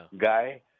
guy